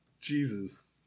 jesus